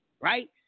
right